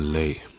late